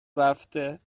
رفته